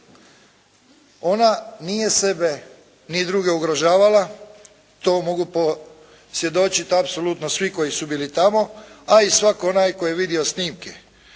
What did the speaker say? Ona nije sebe ni druge ugrožavala. To mogu posvjedočiti apsolutno svi koji su bili tamo, a i svak onaj koji je vidio snimke.